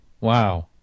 wow